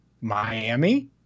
miami